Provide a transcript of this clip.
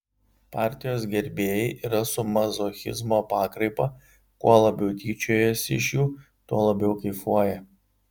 partijos gerbėjai yra su mazochizmo pakraipa kuo labiau tyčiojasi iš jų tuo labiau kaifuoja